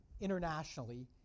Internationally